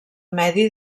medi